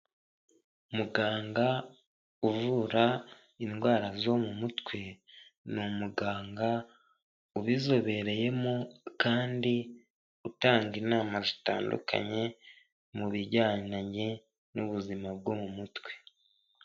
Muganga uvura indwara zo mu mutwe, ni umuganga ubizobereyemo kandi utanga inama zitandukanye mu bijyananye n'ubuzima bwo mu mutwe.